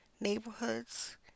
neighborhoods